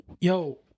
yo